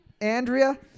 Andrea